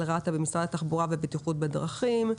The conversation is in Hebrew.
רת"א במשרד התחבורה והבטיחות בדרכים.